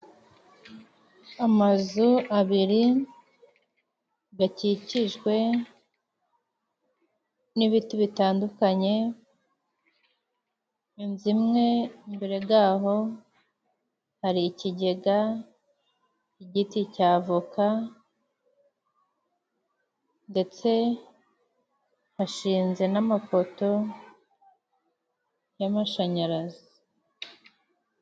Amazu abiri akikijwe n'ibiti bitandukanye. Inzu imwe imbere yaho hari ikigega, igiti cya avoka ndetse hashinze n'amapoto y'amashanyarazi.